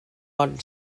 bon